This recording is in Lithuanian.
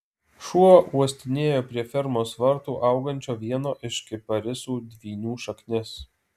šuo uostinėjo prie fermos vartų augančio vieno iš kiparisų dvynių šaknis